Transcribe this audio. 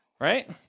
right